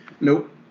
Nope